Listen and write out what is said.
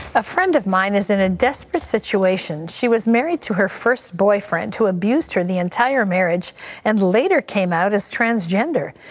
a friend of mine is in a desperate situation. she was married to her first boyfriend who abused her the entire marriage and later came out as transgender.